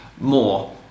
more